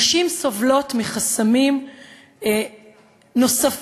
נשים סובלות מחסמים נוספים